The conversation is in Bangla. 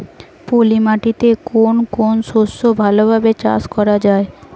পলি মাটিতে কোন কোন শস্য ভালোভাবে চাষ করা য়ায়?